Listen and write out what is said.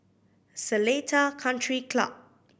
Seletar Country Club